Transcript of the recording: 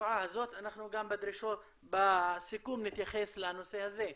התופעה הזאת, אנחנו גם בסיכום נתייחס לנושא הזה.